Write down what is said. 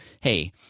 hey